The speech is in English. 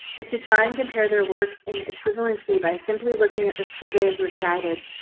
but to try and compare their work in equivalency by simply looking at the school day is misguided.